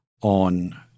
on